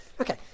Okay